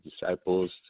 disciples